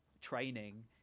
training